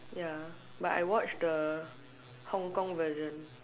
ya but I watch the Hong-Kong version